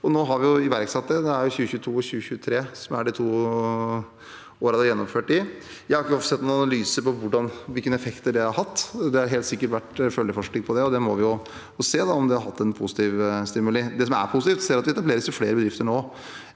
Nå har vi iverksatt det. 2022–2023 er de to årene da det er gjennomført. Jeg har ikke sett noen analyse av hvilke effekter det har hatt. Det har helt sikkert vært følgeforskning av det, og vi må se på om det har hatt en positiv stimulus. Det som er positivt, er at vi ser at det etableres flere bedrifter nå